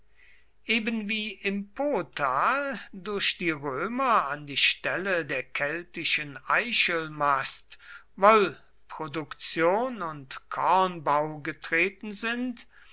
ebenwie im potal durch die römer an die stelle der keltischen eichelmast wollproduktion und kornbau getreten sind